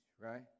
right